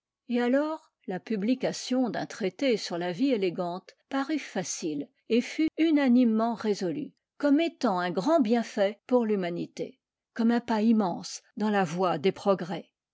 et alors la publication d'un traité sur la vie élégante parut facile et fut unanimement résolue comme étant un grand bienfait pour l'humanité comme un pas immense dans la voie des progrès